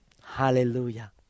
Hallelujah